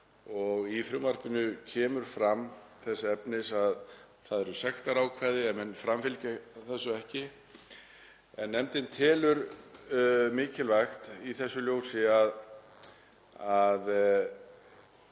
Í frumvarpinu kemur fram að það eru sektarákvæði ef menn framfylgja þessu ekki. Nefndin telur mikilvægt í þessu ljósi að